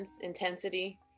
intensity